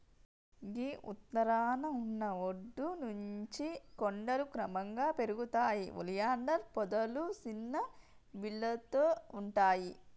గీ ఉత్తరాన ఉన్న ఒడ్డు నుంచి కొండలు క్రమంగా పెరుగుతాయి ఒలియాండర్ పొదలు సిన్న బీలతో ఉంటాయి